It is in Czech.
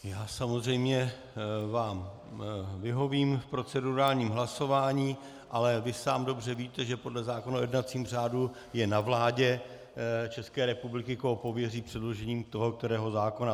Já vám samozřejmě vyhovím v procedurálním hlasování, ale vy sám dobře víte, že podle zákona o jednacím řádu je na vládě České republiky, koho pověří předložením toho kterého zákona.